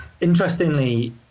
interestingly